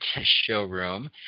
showroom